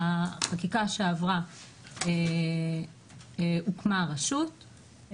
בחקיקה שעברה הוקמה הרשות,